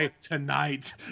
tonight